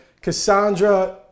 Cassandra